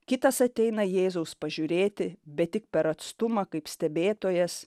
kitas ateina jėzaus pažiūrėti bet tik per atstumą kaip stebėtojas